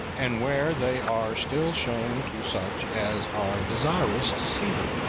and where they are still shown to such as are desirous to see them.